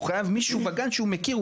הוא חייב מישהו בגן שהוא מכיר.